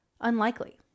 Unlikely